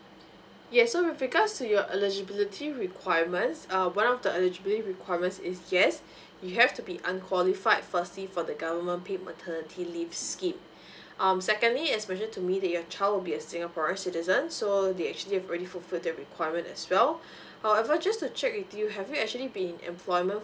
yes so with regard to your eligibility requirements err one of the eligibility requirements is yes you have to be unqualified firstly for the government paid maternity leave scheme um secondly as mentioned to me that your child would be a singaporean citizens so they actually have already fulfilled the requirement as well however just to check with you have you actually been in employment